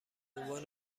عنوان